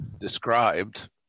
described